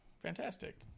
Fantastic